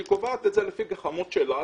שהיא קובעת לפי גחמות שלה,